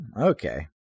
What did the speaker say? Okay